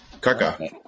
Kaka